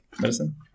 medicine